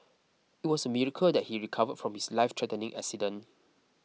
it was a miracle that he recovered from his lifethreatening accident